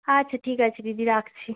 আচ্ছা ঠিক আছে দিদি রাখছি